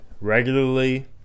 regularly